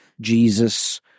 Jesus